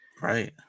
Right